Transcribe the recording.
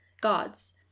god's